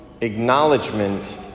acknowledgement